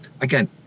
again